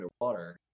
underwater